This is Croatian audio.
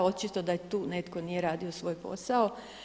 Očito da tu netko nije radio svoj posao.